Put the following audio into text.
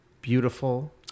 beautiful